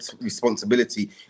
responsibility